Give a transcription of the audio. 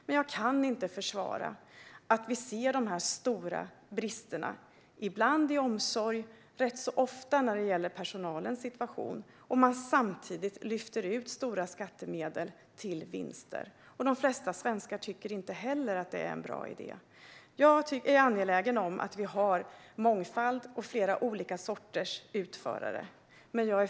Men jag kan inte försvara att vi ser stora brister, ibland i omsorg och rätt ofta vad gäller personalens situation, när någon samtidigt lyfter ut stora skattemedel till vinster. De flesta svenskar tycker inte heller att detta är en bra idé. Jag är angelägen om att vi har en mångfald och flera olika sorters utförare.